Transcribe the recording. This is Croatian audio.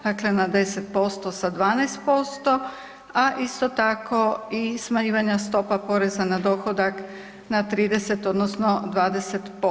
Dakle, na 10% sa 12% a isto tako i smanjivanja stopa poreza na dohodak na 30, odnosno 20%